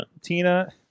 Tina